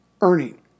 earning